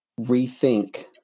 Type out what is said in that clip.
rethink